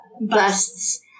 busts